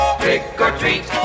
trick-or-treat